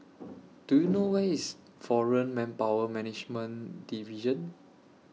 Do YOU know Where IS Foreign Manpower Management Division